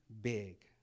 big